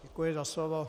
Děkuji za slovo.